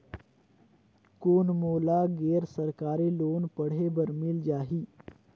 कौन मोला गैर सरकारी लोन पढ़े बर मिल जाहि?